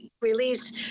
release